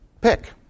pick